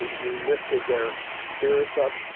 you lifted their spirits up.